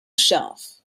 shelf